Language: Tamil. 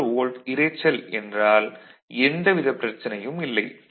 1 வோல்ட் இரைச்சல் என்றால் எந்தவித பிரச்சனையும் இல்லை